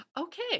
okay